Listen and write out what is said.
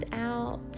out